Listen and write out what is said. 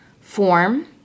form